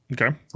Okay